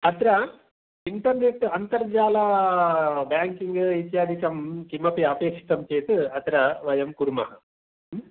अत्र इण्टर्नेट् अन्तरजाल बेङ्किङ्ग् इत्यादिकं किमपि अपेक्षितं चेत् अत्र वयं कुर्मः